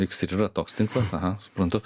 iks ir yra toks tinklas aha suprantu